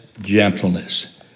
gentleness